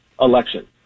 election